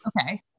Okay